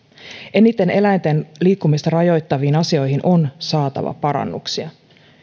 eläinten liikkumista eniten rajoittaviin asioihin on saatava parannuksia